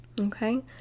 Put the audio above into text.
Okay